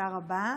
תודה רבה.